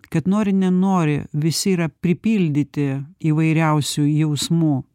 kad nori nenori visi yra pripildyti įvairiausių jausmų